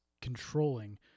controlling